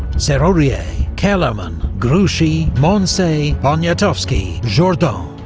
serurier. kellermann. grouchy. moncey. poniatowksi. jourdan.